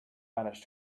manage